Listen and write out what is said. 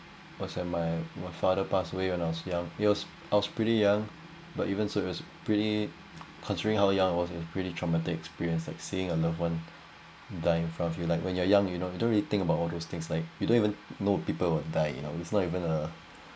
was at my my father passed away when I was young it was I was pretty young but even so it was pretty considering how young I was it was pretty traumatic experience like seeing a loved one dying in front of you like when you're young you know you don't really think about all those things like you don't even know people will die you know it's not even a